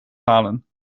halen